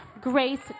grace